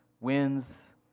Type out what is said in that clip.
wins